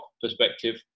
perspective